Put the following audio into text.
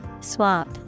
Swap